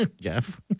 Jeff